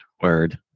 Word